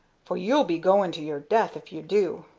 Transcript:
for you'll be going to your death if you do.